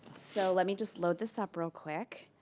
so let me just load this up real quick.